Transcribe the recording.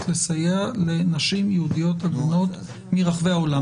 לסייע לנשים יהודיות עגונות מרחבי העולם.